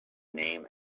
name